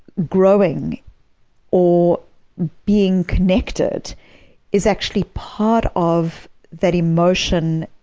growing or being connected is actually part of that emotion